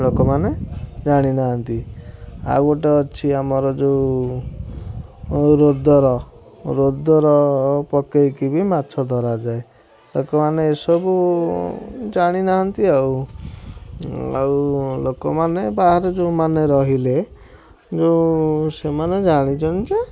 ଲୋକମାନେ ଜାଣିନାହାଁନ୍ତି ଆଉ ଗୋଟେ ଅଛି ଆମର ଯେଉଁ ରୋଦର ରୋଦର ପକାଇକି ବି ମାଛ ଧରାଯାଏ ଲୋକମାନେ ଏ ସବୁ ଜାଣିନାହାଁନ୍ତି ଆଉ ଆଉ ଲୋକମାନେ ବାହାରେ ଯେଉଁମାନେ ରହିଲେ ଯେଉଁ ସେମାନେ ଜାଣିଛନ୍ତି ଯେ